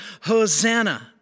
Hosanna